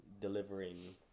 Delivering